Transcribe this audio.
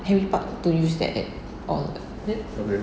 henry park don't use that at all that